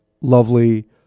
lovely